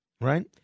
right